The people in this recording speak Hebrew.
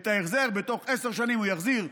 את ההחזר בתוך עשר שנים הוא יחזיר,